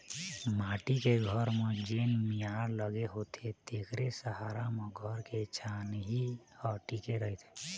माटी के घर म जेन मियार लगे होथे तेखरे सहारा म घर के छानही ह टिके रहिथे